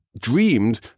dreamed